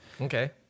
Okay